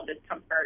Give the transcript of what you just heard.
discomfort